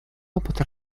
опыт